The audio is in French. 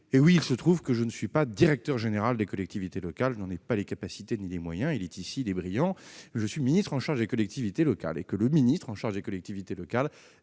Oui, il se trouve que je ne suis pas le directeur général des collectivités locales- je n'en ai ni les capacités ni des moyens-, mais le ministre en charge des collectivités locales. Or le ministre en charge des collectivités locales